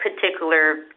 particular